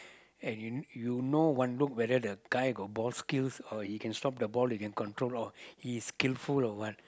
and you you know one look whether the guy got ball skills or he can stop the ball he can control or he is skillful or what